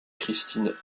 christine